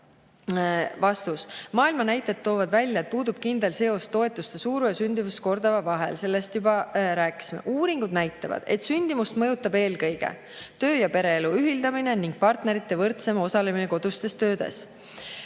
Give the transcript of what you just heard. Maailma näited toovad välja, et puudub kindel seos toetuste suuruse ja sündimuskordaja vahel, sellest ma juba rääkisin. Uuringud näitavad, et sündimust mõjutab eelkõige töö‑ ja pereelu ühildamise [võimalus] ning partnerite võrdsem osalemine kodustes töödes.